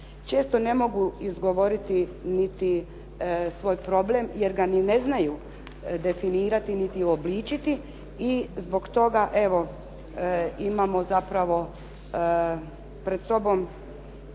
Često ne mogu izgovoriti niti svoj problem, jer ga ni ne znaju definirati niti uobličiti i zbog toga evo imamo zapravo pred sobom